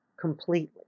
completely